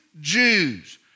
Jews